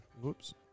whoops